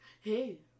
hey